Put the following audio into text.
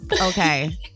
okay